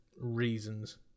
reasons